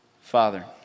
father